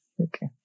Okay